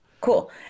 Cool